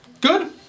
Good